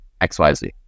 XYZ